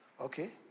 okay